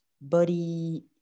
body